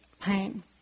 pain